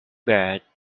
bad